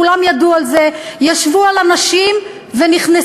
כולם ידעו על זה, ישבו על אנשים ונכנסו.